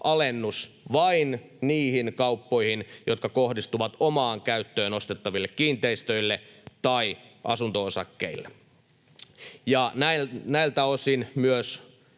alennus vain niihin kauppoihin, jotka kohdistuvat omaan käyttöön ostettaville kiinteistöille tai asunto-osakkeille. Näiltä osin myös